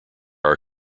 are